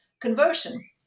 conversion